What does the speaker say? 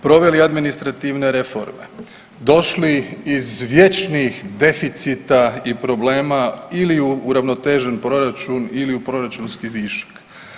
Proveli administrativne reforme, došli iz vječnih deficita i problema ili u uravnotežen proračun ili u proračunski višak.